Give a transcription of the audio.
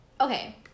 Okay